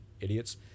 idiots